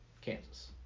Kansas